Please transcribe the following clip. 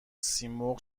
سیمرغ